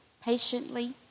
patiently